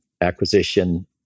acquisition